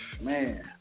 man